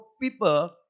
people